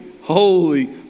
holy